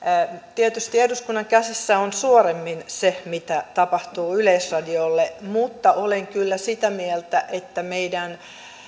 tietysti eduskunnan käsissä on suoremmin se mitä tapahtuu yleisradiolle mutta olen kyllä sitä mieltä että meidän